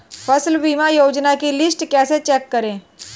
फसल बीमा योजना की लिस्ट कैसे चेक करें?